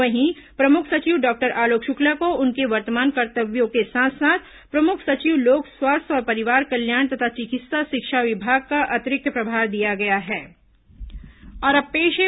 वहीं प्रमुख सचिव डॉक्टर आलोक शुक्ला को उनके वर्तमान कर्तव्यों के साथ साथ प्रमुख सचिव लोक स्वास्थ्य और परिवार कल्याण तथा चिकित्सा शिक्षा विभाग का अतिरिक्त प्रभार दिया गया है